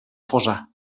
fossar